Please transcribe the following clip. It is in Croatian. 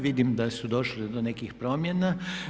Vidim da je došlo do nekih promjena.